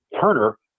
Turner